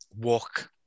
walk